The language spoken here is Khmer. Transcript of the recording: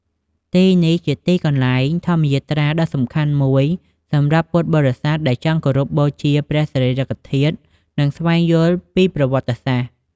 ទីនេះជាទីកន្លែងធម្មយាត្រាដ៏សំខាន់មួយសម្រាប់ពុទ្ធបរិស័ទដែលចង់គោរពបូជាព្រះសារីរិកធាតុ និងស្វែងយល់ពីប្រវត្តិសាស្ត្រ។